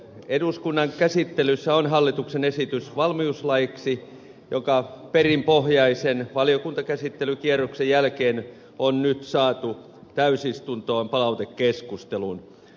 eduskunnan käsittelyssä on hallituksen esitys valmiuslaiksi joka perinpohjaisen valiokuntakäsittelykierroksen jälkeen on nyt saatu täysistuntoon palautekeskusteluun